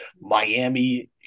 miami